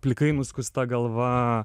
plikai nuskusta galva